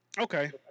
okay